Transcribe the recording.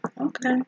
Okay